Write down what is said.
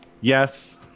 Yes